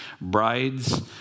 bride's